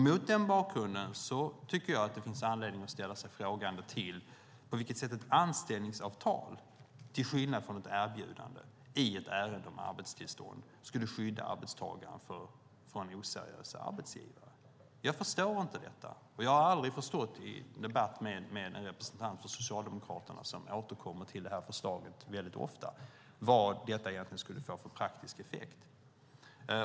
Mot den bakgrunden finns det anledning att fråga sig på vilket sätt ett anställningsavtal, till skillnad från ett erbjudande, i ett ärende om arbetstillstånd skulle skydda arbetstagaren från oseriösa arbetsgivare. Jag förstår inte detta. Representanter från Socialdemokraterna återkommer ofta i debatten till förslaget, och jag har aldrig egentligen förstått vad det skulle få för praktisk effekt.